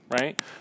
right